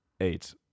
Eight